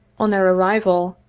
on their arrival,